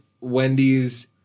Wendy's